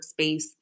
workspace